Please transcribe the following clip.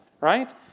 right